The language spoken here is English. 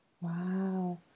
Wow